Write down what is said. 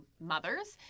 mothers –